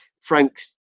Frank